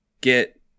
get